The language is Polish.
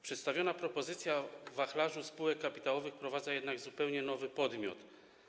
Przedstawiona propozycja wachlarza spółek kapitałowych wprowadza jednak zupełnie nowy podmiot.